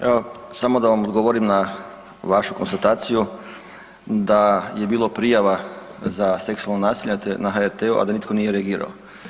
Evo, samo da vam odgovorim na vašu konstataciju da je bilo prijava za seksualno nasilje na HRT-u, a da nitko nije reagirao.